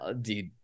dude